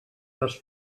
les